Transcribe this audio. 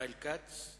בחוק ההסדרים